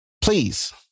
Please